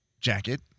jacket